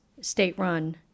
state-run